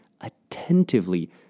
attentively